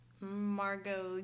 Margot